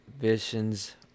visions